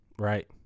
right